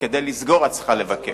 וכדי לסגור את צריכה לבקש.